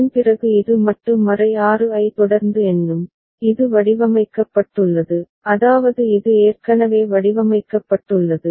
அதன்பிறகு இது மட்டு 6 ஐ தொடர்ந்து எண்ணும் இது வடிவமைக்கப்பட்டுள்ளது அதாவது இது ஏற்கனவே வடிவமைக்கப்பட்டுள்ளது